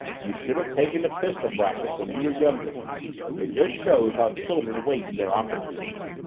you should have taken to pistol practice when you were younger it just shows how children waste their opportunities.